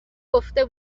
گفته